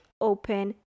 open